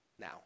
now